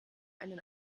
einen